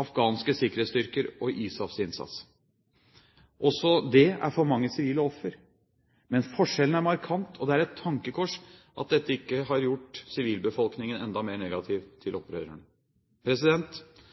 afghanske sikkerhetsstyrker og ISAFs innsats. Også det er for mange sivile offer. Men forskjellen er markant, og det er et tankekors at dette ikke har gjort sivilbefolkningen enda mer negativ til